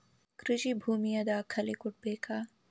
ಕೃಷಿ ಭೂಮಿಯ ದಾಖಲೆ ಕೊಡ್ಬೇಕಾ?